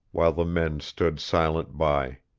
while the men stood silent by.